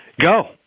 Go